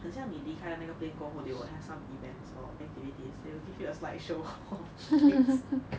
很像你离开那个 plane 过后 they will have some events or activities they will give you a slide show of things